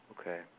Okay